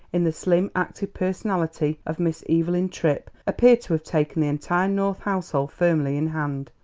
in the slim, active personality of miss evelyn tripp, appeared to have taken the entire north household firmly in hand.